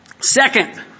Second